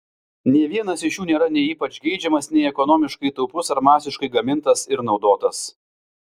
nė vienas iš jų nėra nei ypač geidžiamas nei ekonomiškai taupus ar masiškai gamintas ir naudotas